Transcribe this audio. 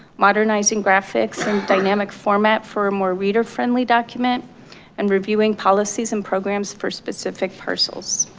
modernizing graphics and dynamic format for a more reader friendly document and reviewing policies and programs for specific parcels.